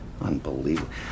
Unbelievable